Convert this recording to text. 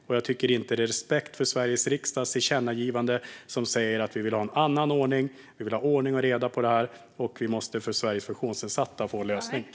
Och jag tycker inte att det visar respekt för Sveriges riksdags tillkännagivande där det sägs att vi vill ha en annan ordning, att vi vill ha ordning och reda i fråga om detta och att vi måste få en lösning för Sveriges funktionsnedsatta.